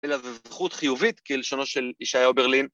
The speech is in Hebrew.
‫אלא זאת זכות חיובית ‫כלשונו של ישעיהו ברלין.